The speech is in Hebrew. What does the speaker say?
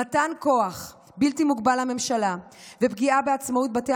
"מתן כוח בלתי מוגבל לממשלה ופגיעה בעצמאות בתי